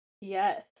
Yes